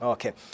Okay